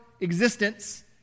existence